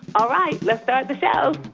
all right, let's start the show